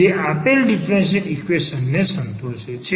જે આપેલ differential equation ને સંતોષે છે